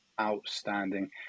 outstanding